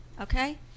okay